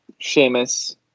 seamus